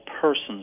persons